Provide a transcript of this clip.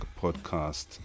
Podcast